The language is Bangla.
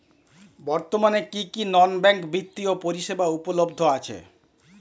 বর্তমানে কী কী নন ব্যাঙ্ক বিত্তীয় পরিষেবা উপলব্ধ আছে?